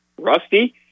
rusty